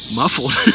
muffled